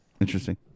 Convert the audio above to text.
Interesting